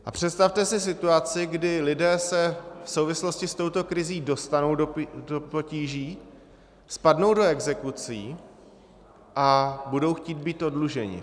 A představte si situaci, kdy lidé se v souvislosti s touto krizí dostanou do potíží, spadnou do exekucí a budou chtít být oddluženi.